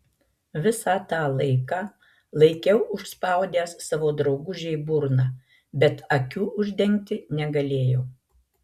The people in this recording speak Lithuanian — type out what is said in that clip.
visą tą laiką laikiau užspaudęs savo draugužei burną bet akių uždengti negalėjau